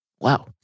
Wow